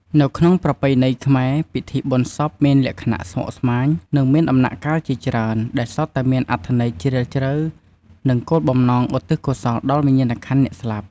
នៅក្នុងប្រពៃណីខ្មែរ ពិធីបុណ្យសពមានលក្ខណៈស្មុគស្មាញ និងមានដំណាក់កាលជាច្រើន ដែលសុទ្ធតែមានអត្ថន័យជ្រាលជ្រៅ និងគោលបំណងឧទ្ទិសកុសលដល់វិញ្ញាណក្ខន្ធអ្នកស្លាប់។